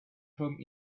home